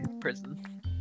prison